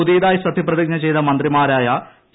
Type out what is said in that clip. പുതിയതായി സത്യപ്രതിജ്ഞ ചെയ്ത മന്ത്രിമാരായ ടി